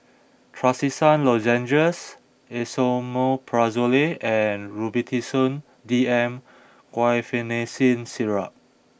Trachisan Lozenges Esomeprazole and Robitussin DM Guaiphenesin Syrup